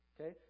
okay